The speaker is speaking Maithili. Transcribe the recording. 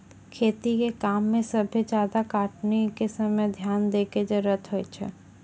खेती के काम में सबसे ज्यादा कटनी के समय ध्यान दैय कॅ जरूरत होय छै